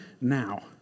now